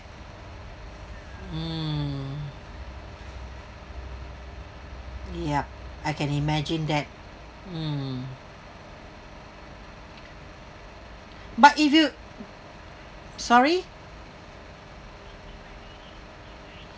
mm yup I can imagine that mm but if you sorry